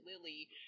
Lily